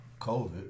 COVID